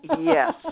Yes